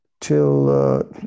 till